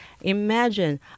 Imagine